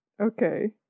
Okay